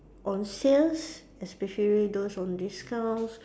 on sales especially those on discounts